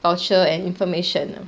voucher and information